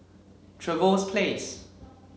Trevose Place